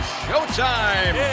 showtime